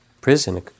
prison